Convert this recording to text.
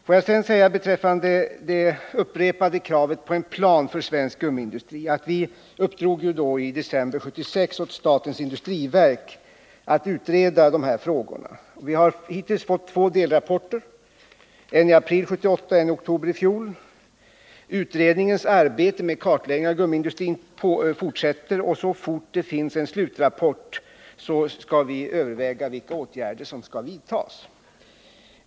Får jag sedan beträffande de upprepade kraven på en plan för svensk gummiindustri säga att vi i december 1976 uppdrog at statens industriverk att utreda dessa frågor. Vi har hittills fått två delrapporter. en i april 1978 och en i oktober i fjol. Utredningens arbete med kartläggandet av gummiindustrin fortsätter. Så snart det finns en slutrapport. skall vi överväga vilka atgärder som skall vidtas.